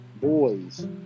boys